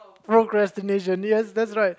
procrastination ya that's right